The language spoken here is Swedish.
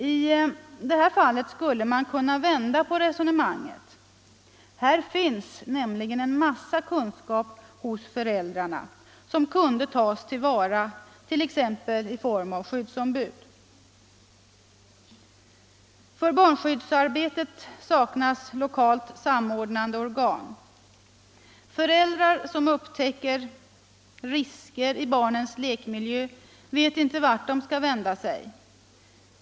I det här fallet skulle man kunna vända på resonemanget: Här finns nämligen en massa kunskap hos föräldrarna, som man kunde ta till vara t.ex. genom att låta dem bli skyddsombud. För barnskyddsarbetet saknas lokalt samordnande organ. Föräldrar som upptäcker risker i barnens lekmiljö vet inte vart de skall vända sig.